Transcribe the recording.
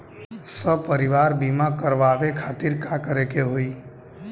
सपरिवार बीमा करवावे खातिर का करे के होई?